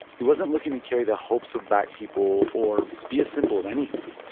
he wasn't looking to carry the hopes of black people or be a symbol of anything.